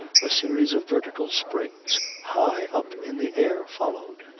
a series of vertical springs high up in the air followed,